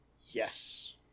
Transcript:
Yes